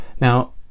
Now